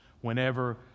Whenever